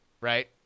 Right